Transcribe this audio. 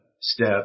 step